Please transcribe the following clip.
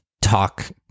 talk